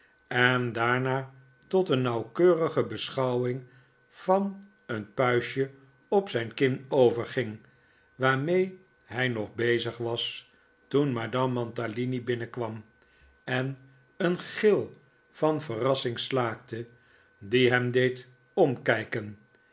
en daarna tot een nauwkeurige beschouwing van een puistje op zijn kin overging waarmee hij nog bezig was toen madame mantalini binnenkwam en een gil van verrassing slaakte die hem deed omkijken